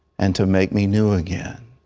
and to make me new again.